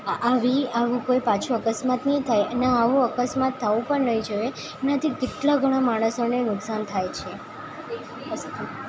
આવી આવું કોઈ અકસ્માત નહીં થાય અને આવો અકસ્માત થવો પણ નહીં જોઈએ એનાથી કેટલાં ઘણાં માણસોને નુકસાન થાય છે અસ્તુ